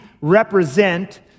represent